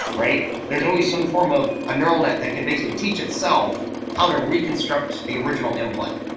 right? there's always some form of a neural net that can basically teach itself how to reconstruct the original input,